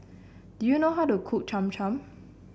do you know how to cook Cham Cham